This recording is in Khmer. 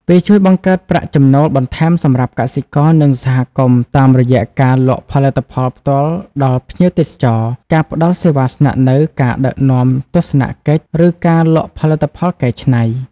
វាជួយបង្កើតប្រាក់ចំណូលបន្ថែមសម្រាប់កសិករ និងសហគមន៍ តាមរយៈការលក់ផលិតផលផ្ទាល់ដល់ភ្ញៀវទេសចរ ការផ្តល់សេវាស្នាក់នៅ ការដឹកនាំទស្សនកិច្ច ឬការលក់ផលិតផលកែច្នៃ ។